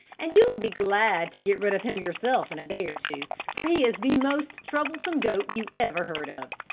and you will be glad to get rid of him yourself in a day or two for he is the most troublesome goat you ever heard of.